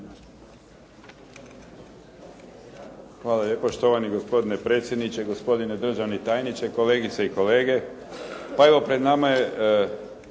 Hvala lijepa, štovani gospodine predsjedniče. Gospodine državni tajniče, kolegice i kolege. Pa evo pred nama je